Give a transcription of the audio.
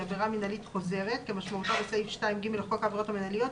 עבירה מינהלית חוזרת כמשמעותה בסעיף 2(ג) לחוק העבירות המינהליות,